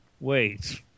Wait